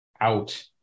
out